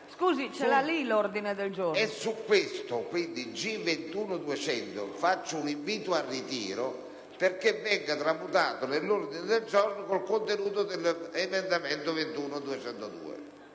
del giorno G21.200, formulo un invito al ritiro perché venga tramutato nell'ordine del giorno con il contenuto dell'emendamento 21.202.